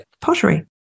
pottery